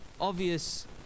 obvious